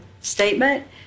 statement